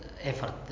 effort